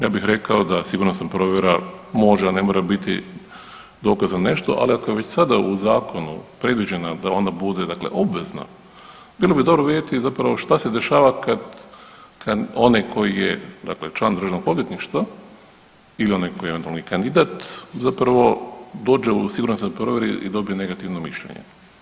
Ja bih rekao da sigurnosna provjera može, a ne mora biti dokaz za nešto, ali ako je već sada u zakonu predviđena da ona bude dakle obvezna bilo bi dobro vidjeti zapravo što se dešava kada onaj tko je dakle član Državnog odvjetništva ili onaj koji je kandidat zapravo dođe u sigurnosnoj provjeri i dobije negativno mišljenje.